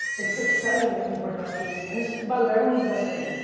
it's exciting that you bring up casey and this, by the way, everyone who's listening,